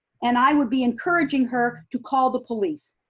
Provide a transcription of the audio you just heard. and i would be encouraging her to call the police.